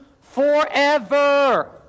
forever